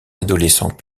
adolescent